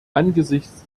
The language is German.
angesichts